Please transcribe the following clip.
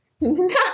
No